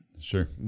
Sure